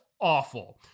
awful